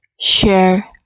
share